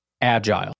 agile